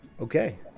okay